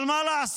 אבל מה לעשות,